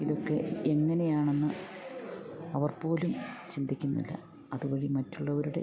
ഇതൊക്കെ എങ്ങനെയാണെന്ന് അവർ പോലും ചിന്തിക്കുന്നില്ല അതു വഴി മറ്റുള്ളവരുടെ